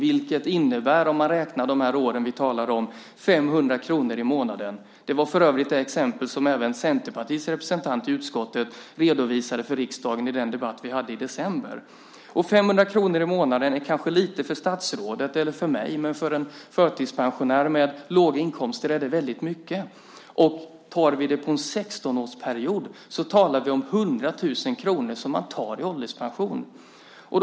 Det innebär, om man räknar på de år vi talar om, 500 kr i månaden - för övrigt det exempel som även Centerpartiets representant i utskottet redovisade för riksdagen i den debatt vi hade i december. 500 kr i månaden är kanske lite för statsrådet eller för mig, men för en förtidspensionär med låga inkomster är det väldigt mycket. Talar vi om en 16-årsperiod handlar det om 100 000 kr som man tar från ålderspensionen.